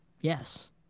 Yes